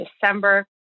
December